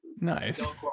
Nice